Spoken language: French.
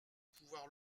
pouvoirs